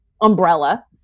umbrella